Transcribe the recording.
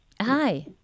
Hi